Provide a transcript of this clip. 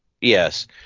Yes